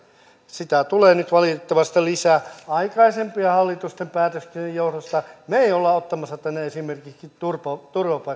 sitä tulee nyt valitettavasti lisää aikaisempien hallitusten päätösten johdosta me emme ole ottamassa tänne esimerkiksi turvapaikanhakijoita he